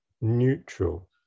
neutral